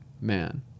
man